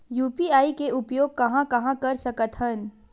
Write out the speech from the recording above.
UPI के उपयोग कहां कहा कर सकत हन?